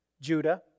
Judah